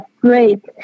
great